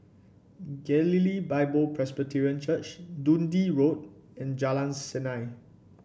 Galilee Bible Presbyterian Church Dundee Road and Jalan Seni